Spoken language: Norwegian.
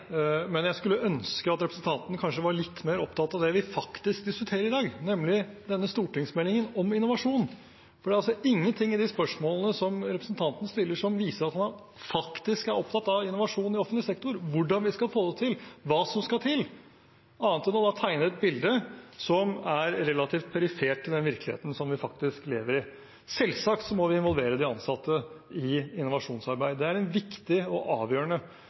Men jeg skulle ønske at representanten kanskje var litt mer opptatt av det vi faktisk diskuterer i dag, nemlig denne stortingsmeldingen om innovasjon. Det er ingen ting i de spørsmålene representanten stiller som viser at han faktisk er opptatt av innovasjon i offentlig sektor – hvordan vi skal få det til, hva som skal til – annet enn å tegne et bilde som er relativt perifert i den virkeligheten vi faktisk lever i. Selvsagt må vi involvere de ansatte i innovasjonsarbeid, det er en viktig og avgjørende